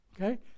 okay